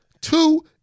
Two